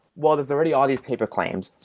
well, there's already all these paper claims.